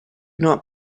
not